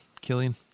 Killian